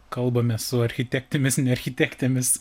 kalbame su architektėmis architektėmis